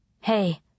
Hey